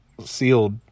sealed